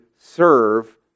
serve